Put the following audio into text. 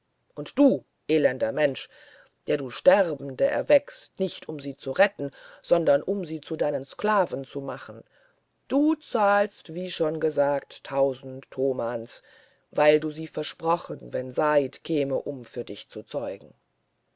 und du elender mensch der du sterbende erweckst nicht um sie zu retten sondern um sie zu deinen sklaven zu machen du zahlst wie schon gesagt tausend tomans weil du sie versprochen wenn said käme um für dich zu zeugen